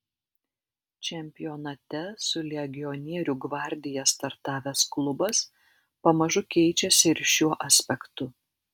čempionate su legionierių gvardija startavęs klubas pamažu keičiasi ir šiuo aspektu